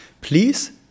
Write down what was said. please